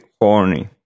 horny